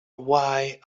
why